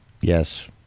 Yes